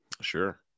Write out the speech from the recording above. Sure